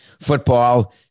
Football